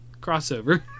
crossover